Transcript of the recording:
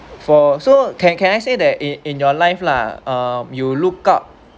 for so can can I say that in in your life lah ah you look up